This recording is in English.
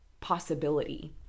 possibility